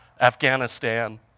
Afghanistan